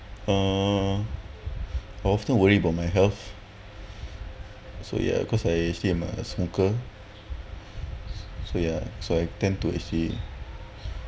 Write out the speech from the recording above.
uh I often worry about my health so ya cause I actually I'm a smoker so ya so I tend to actually